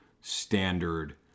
standard